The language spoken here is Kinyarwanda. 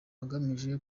agamije